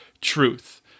truth